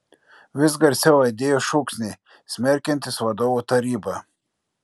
vis garsiau aidėjo šūksniai smerkiantys vadovų tarybą